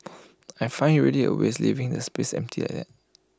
I find IT really A waste leaving the space empty like that